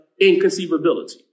inconceivability